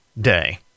Day